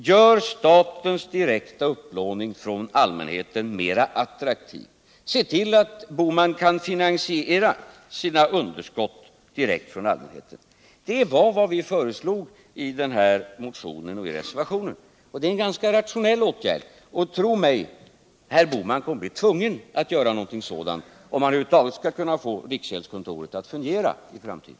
Gör statens direkta upplåning från allmänheten mera attraktiv! Se till att Gösta Bohman kan finansiera sina underskott direkt från allmänheten! Det var vad vi föreslog i motionen och reservationen. Det är en ganska rationell åtgärd. Och, tro mig, herr Bohman kommer att bli tvungen att göra någonting sådant om han över huvud taget skall kunna få riksgäldskontoret att fungera i framtiden.